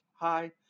Hi